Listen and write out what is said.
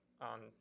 on